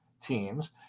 teams